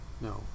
No